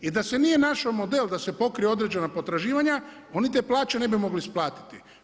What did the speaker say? I da se nije našao model da se pokriju određena potraživanja oni te plaće ne bi mogli isplatiti.